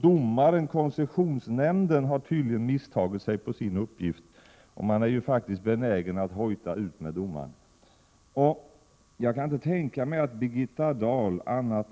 Domaren — koncessionsnämnden -— har tydligen missuppfattat sin uppgift. Man är benägen att hojta: ”Ut med domaren!” Jag kan inte tänka mig annat än att Birgitta Dahl